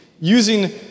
using